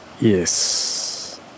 Yes